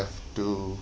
to